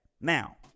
now